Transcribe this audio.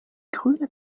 grüne